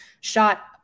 shot